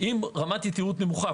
עם רמת יתירות נמוכה,